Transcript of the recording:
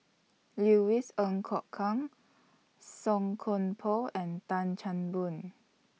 Louis Ng Kok Kwang Song Koon Poh and Tan Chan Boon